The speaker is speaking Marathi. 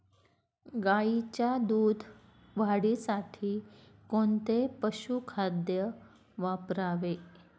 गाईच्या दूध वाढीसाठी कोणते पशुखाद्य वापरावे?